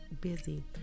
busy